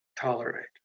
tolerate